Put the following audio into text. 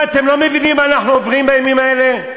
מה, אתם לא מבינים מה אנחנו עוברים בימים האלה?